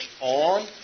on